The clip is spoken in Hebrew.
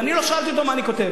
ואני לא שאלתי אותו מה אני כותב.